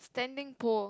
standing pole